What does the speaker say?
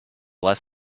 less